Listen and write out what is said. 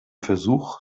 versuch